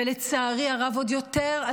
ולצערי הרב עוד יותר,